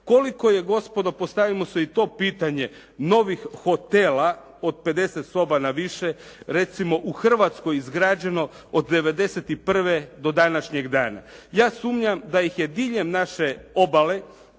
Koliko je gospodo postavimo si i to pitanje novih hotela od 50 soba na više recimo u Hrvatskoj izgrađeno od 91. do današnjeg dana. Ja sumnjam da ih je diljem naše obale